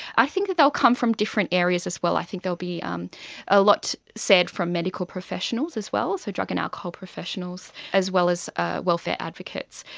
i think they will come from different areas as well. i think there will be um a lot said from medical professionals as well, so drug and alcohol professionals, as well as ah welfare advocates.